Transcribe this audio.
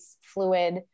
fluid